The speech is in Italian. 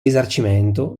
risarcimento